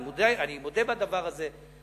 אני מודה בדבר הזה,